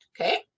Okay